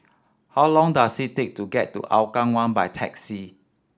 how long does it take to get to Hougang One by taxi